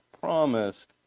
promised